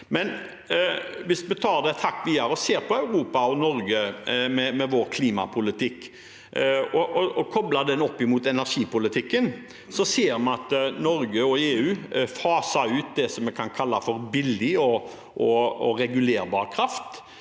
Hvis vi tar det et hakk videre og ser på Europa og Norge med vår klimapolitikk og kobler den opp mot energipolitikken, ser vi at Norge og EU faser ut det vi kan kalle for billig og regulerbar kraft,